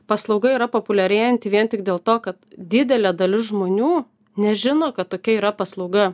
paslauga yra populiarėjanti vien tik dėl to kad didelė dalis žmonių nežino kad tokia yra paslauga